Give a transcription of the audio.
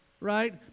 right